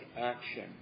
action